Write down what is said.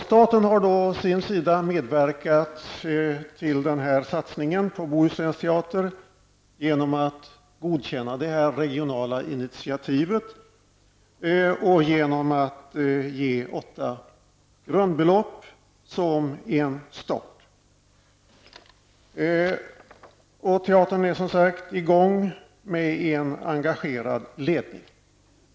Staten, å sin sida, har medverkat till denna satsning på Bohusläns teater genom att godkänna det regionala initiativet, samtidigt som den har bidragit med åtta grundbelopp som en start. Som sagt är teatern i gång med en engagerad ledning.